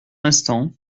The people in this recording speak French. l’instant